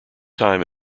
time